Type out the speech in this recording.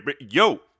yo